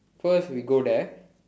first we go there